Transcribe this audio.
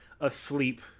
asleep